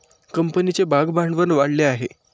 कंपनीचे भागभांडवल वाढले आहे